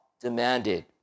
demanded